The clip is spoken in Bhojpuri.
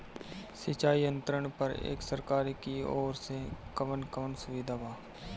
सिंचाई यंत्रन पर एक सरकार की ओर से कवन कवन सुविधा बा?